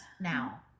now